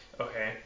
okay